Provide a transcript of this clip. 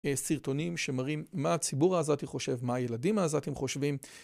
סרטונים שמראים מה הציבור העזתי חושב, מה הילדים העזתים חושבים.